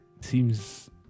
seems